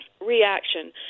reaction